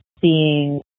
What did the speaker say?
seeing